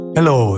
Hello